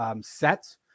sets